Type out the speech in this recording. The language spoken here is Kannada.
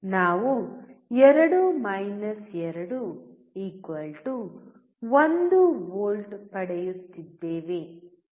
ನಾವು 2 2 1 ವಿ ಪಡೆಯುತ್ತಿದ್ದೇವೆ